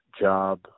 job